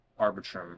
Arbitrum